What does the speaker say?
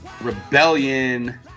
Rebellion